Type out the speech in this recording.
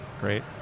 Great